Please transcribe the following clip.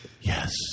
Yes